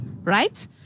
Right